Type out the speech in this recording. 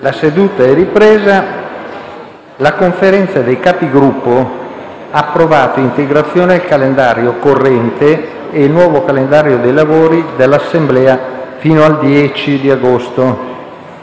una nuova finestra"). La Conferenza dei Capigruppo ha approvato integrazioni al calendario corrente e il nuovo calendario dei lavori dell'Assemblea fino al 10 agosto.